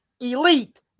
Elite